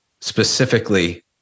specifically